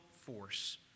force